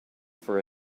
for